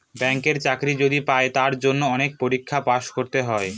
ব্যাঙ্কের চাকরি যদি পাই তার জন্য অনেক পরীক্ষায় পাস করতে হয়